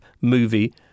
movie